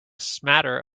smatter